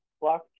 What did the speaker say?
block